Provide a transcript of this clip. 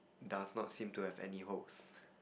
does not seem to have any holes